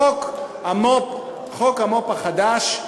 חוק המו"פ החדש,